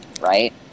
right